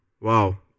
Wow